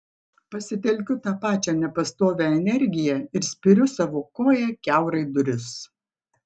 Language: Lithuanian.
pasitelkiu tą pačią nepastovią energiją ir spiriu savo koja kiaurai duris